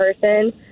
person